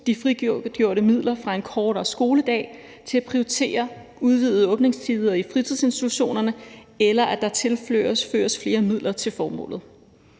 de frigjorte midler fra en kortere skoledag til at prioritere udvidede åbningstider i fritidsinstitutionerne, eller at der tilføres flere midler til formålet.